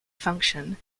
function